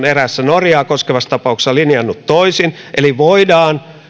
eräässä norjaa koskevassa tapauksessa linjannut toisin eli voidaan